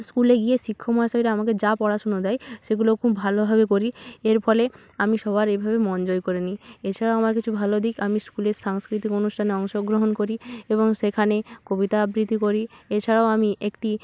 স্কুলে গিয়ে শিক্ষক মহাশয়রা আমাকে যা পড়াশুনো দেয় সেগুলো খুব ভালোভাবে করি এর ফলে আমি সবার এইভাবে মন জয় করে নিই এছাড়াও আমার কিছু ভালো দিক আমি স্কুলের সাংস্কৃতিক অনুষ্ঠানে অংশগ্রহণ করি এবং সেখানে কবিতা আবৃত্তি করি এছাড়াও আমি একটি